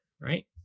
right